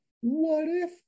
what-if